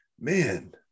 man